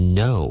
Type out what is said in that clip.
no